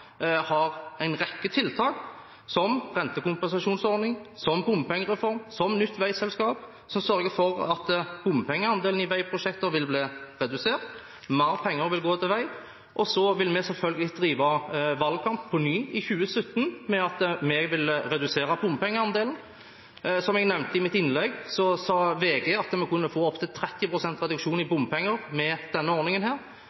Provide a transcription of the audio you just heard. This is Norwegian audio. har en rekke tiltak, som rentekompensasjonsordning, som bompengereform, som nytt veiselskap, som sørger for at bompengeandelen i veiprosjekter vil bli redusert. Mer penger vil gå til vei, og så vil vi selvfølgelig drive valgkamp på ny i 2017 med at vi vil redusere bompengeandelen. Som jeg nevnte i mitt innlegg, sa VG at vi kunne få opp til 30 pst. reduksjon i bompenger med denne ordningen.